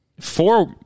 Four